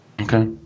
Okay